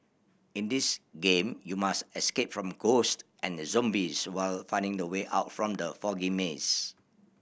in this game you must escape from ghost and zombies while finding the way out from the foggy maze